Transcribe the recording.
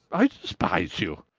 i despise you!